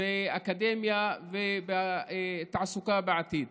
באקדמיה ובתעסוקה בעתיד.